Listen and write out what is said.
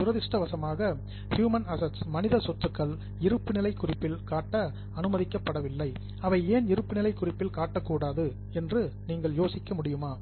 துரதிஷ்டவசமாக human assets மனித சொத்துக்கள் இருப்புநிலை குறிப்பில் காட்ட அனுமதிக்கப்படவில்லை அவை ஏன் இருப்புநிலை குறிப்பில் காட்டக்கூடாது என்று நீங்கள் யோசிக்க முடியுமா